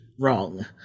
wrong